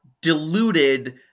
deluded